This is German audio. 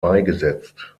beigesetzt